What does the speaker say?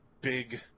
big